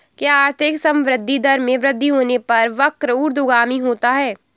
क्या आर्थिक संवृद्धि दर में वृद्धि होने पर वक्र ऊर्ध्वगामी होता है?